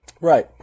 Right